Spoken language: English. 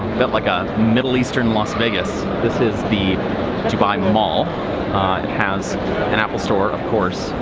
bit like a middle eastern las vegas. this is the dubai mall. it has an apple store, of course,